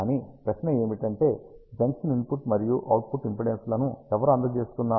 కాని ప్రశ్న ఏమిటంటే జంక్షన్ ఇన్పుట్ మరియు అవుట్పుట్ ఇంపిడెన్స్ లను ఎవరు అందచేస్తున్నారు